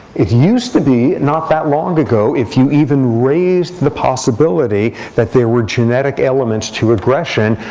it used to be not that long ago if you even raised the possibility that there were genetic elements to aggression,